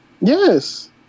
Yes